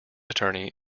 attorney